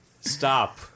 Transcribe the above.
Stop